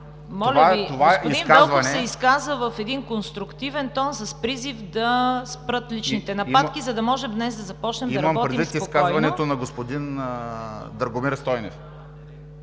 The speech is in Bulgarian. Моля Ви, господин Велков се изказа в един конструктивен тон с призив да спрат личните нападки, за да може днес да започнем да работим спокойно. ВЕСЕЛИН МАРЕШКИ: Имам предвид изказването на господин Драгомир Стойнев.